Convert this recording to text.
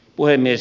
puhemies